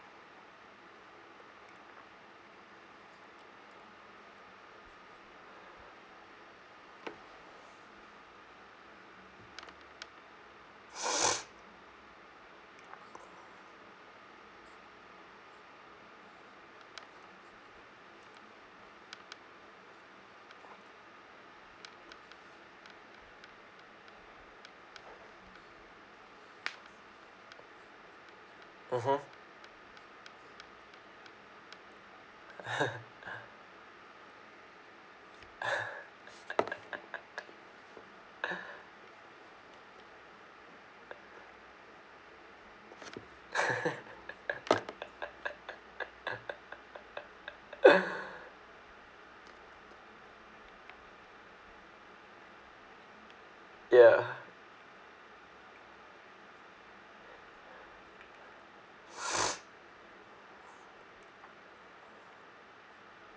mmhmm ya